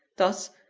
thus,